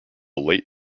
late